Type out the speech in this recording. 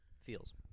Feels